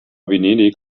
venedig